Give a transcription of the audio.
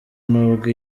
nubwo